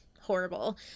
horrible